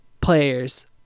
players